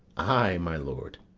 ay, my lord.